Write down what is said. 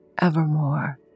evermore